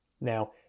Now